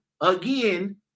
again